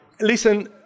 listen